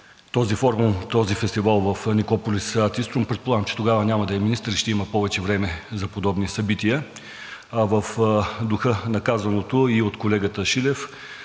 този фестивал в Никополис ад Иструм. Предполагам, че тогава няма да е министър и ще има повече време за подобни събития. А в духа на казаното и от колегата Шилев,